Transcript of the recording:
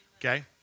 Okay